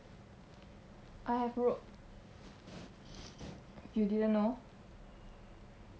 I have rope you didn't know